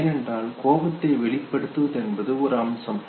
ஏனென்றால் கோபத்தை வெளிப்படுத்துவது என்பது ஒரு அம்சம்